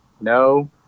no